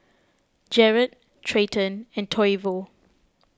Jarred Treyton and Toivo